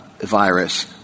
virus